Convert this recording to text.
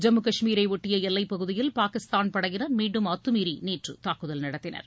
ஜம்மு கஷ்மீரை ஒட்டிய எல்லைப் பகுதியில் பாகிஸ்தான் படையினர் மீண்டும் அத்தமீறி நேற்று தாக்குதல் நடத்தினர்